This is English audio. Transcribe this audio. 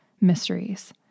mysteries